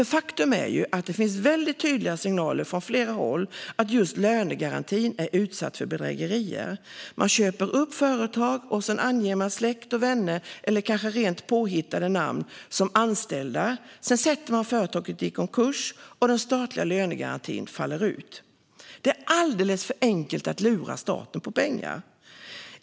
Faktum är ju att det finns väldigt tydliga signaler från flera håll om att just lönegarantin är utsatt för bedrägerier. Man köper upp företag och anger sedan släkt och vänner eller kanske rent påhittade namn som anställda. Därefter försätter man företaget i konkurs, och den statliga lönegarantin faller ut. Det är alldeles för enkelt att lura staten på pengar.